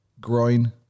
groin